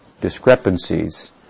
discrepancies